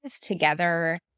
together